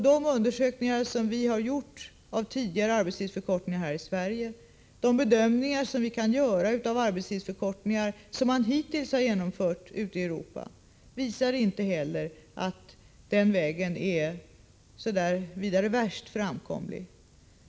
De undersökningar som vi har gjort av tidigare arbetstidsförkortningar här i Sverige och de bedömningar som vi kan göra av arbetstidsförkortningar som man hittills har genomfört ute i Europa visar att denna väg inte är särskilt väl framkomlig.